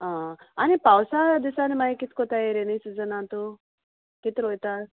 आ आनी पावसा दिसांनी मागीर कित कोताय रेनी सिजन आ तूं कित रोयता